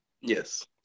Yes